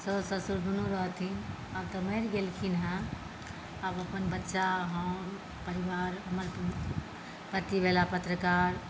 सास ससुर दुनू रहथिन आब तऽ मरि गेलखिन हँ आब अपन बच्चा हम परिवार पति भेला पत्रकार